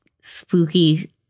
spooky